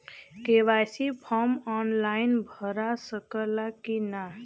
KYC form online भरा सकला की ना?